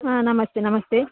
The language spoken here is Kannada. ಹಾಂ ನಮಸ್ತೆ ನಮಸ್ತೆ